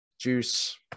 Juice